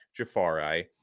Jafari